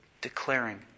declaring